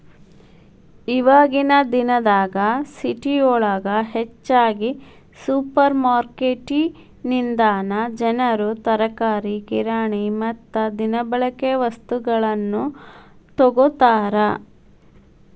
ಇವಾಗಿನ ದಿನದಾಗ ಸಿಟಿಯೊಳಗ ಹೆಚ್ಚಾಗಿ ಸುಪರ್ರ್ಮಾರ್ಕೆಟಿನಿಂದನಾ ಜನರು ತರಕಾರಿ, ಕಿರಾಣಿ ಮತ್ತ ದಿನಬಳಿಕೆ ವಸ್ತುಗಳನ್ನ ತೊಗೋತಾರ